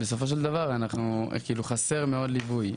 אבל בסופו של דבר חסר מאוד ליווי.